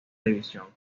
división